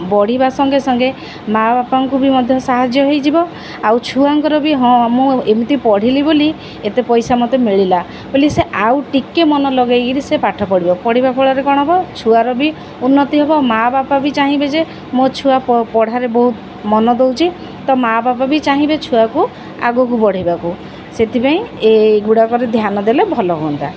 ବଢ଼ିବା ସଙ୍ଗେ ସଙ୍ଗେ ମା ବାପାଙ୍କୁ ବି ମଧ୍ୟ ସାହାଯ୍ୟ ହେଇଯିବ ଆଉ ଛୁଆଙ୍କର ବି ହଁ ମୁଁ ଏମିତି ପଢ଼ିଲି ବୋଲି ଏତେ ପଇସା ମୋତେ ମିଳିଲା ବୋଲି ସେ ଆଉ ଟିକେ ମନ ଲଗେଇକିରି ସେ ପାଠ ପଢ଼ିବ ପଢ଼ିବା ଫଳରେ କଣ ହବ ଛୁଆର ବି ଉନ୍ନତି ହବ ମା ବାପା ବି ଚାହିଁବେ ଯେ ମୋ ଛୁଆ ପଢ଼ାରେ ବହୁତ ମନ ଦଉଛି ତ ମାଆ ବାପା ବି ଚାହିଁବେ ଛୁଆକୁ ଆଗକୁ ବଢ଼ିବାକୁ ସେଥିପାଇଁ ଏ ଗୁଡ଼ାକରେ ଧ୍ୟାନ ଦେଲେ ଭଲ ହୁଅନ୍ତା